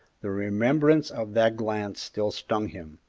the remembrance of that glance still stung him,